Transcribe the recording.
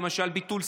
אבל גם אין עלייה,